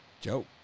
Joe